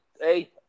hey